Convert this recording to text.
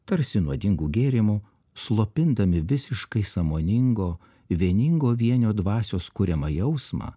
tarsi nuodingu gėrimu slopindami visiškai sąmoningo vieningo vienio dvasios kuriamą jausmą